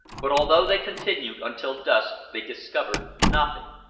but although they continued until dusk they discovered nothing,